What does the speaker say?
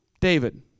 David